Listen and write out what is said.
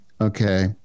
okay